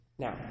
Now